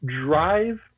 drive